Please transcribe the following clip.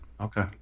Okay